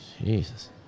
Jesus